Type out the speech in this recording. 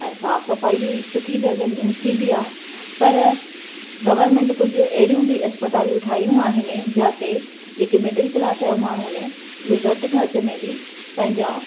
ऐं साफ़ सफ़ाई बि सुठी थींदी आहे पर गवर्नमेंट कुझु अहिड़ियूं बि अस्पतालियूं ठाहियूं आहिनि जाते जेके मिडिल क्लास जा माण्हू आहिनि उहे घटि ख़र्चु में बि पंहिंजा